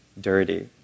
dirty